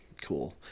cool